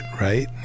right